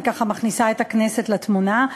אני ככה מכניסה את הכנסת לתמונה,